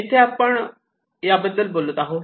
येथे आपण याबद्दल बोलत आहोत